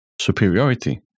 superiority